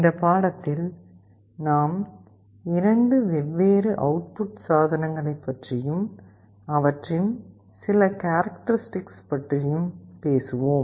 இந்த பாடத்தில் நாம் 2 வெவ்வேறு அவுட்புட் சாதனங்களைப் பற்றியும் அவற்றின் சில குணாதிசயங்கள் பற்றியும் பேசுவோம்